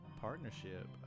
partnership